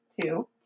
Two